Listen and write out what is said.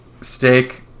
Steak